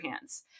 hands